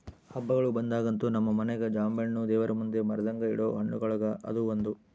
ಹಬ್ಬಗಳು ಬಂದಾಗಂತೂ ನಮ್ಮ ಮನೆಗ ಜಾಂಬೆಣ್ಣು ದೇವರಮುಂದೆ ಮರೆದಂಗ ಇಡೊ ಹಣ್ಣುಗಳುಗ ಅದು ಒಂದು